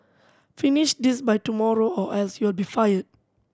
finish this by tomorrow or else you'll be fired